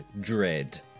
Dread